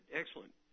excellent